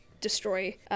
destroy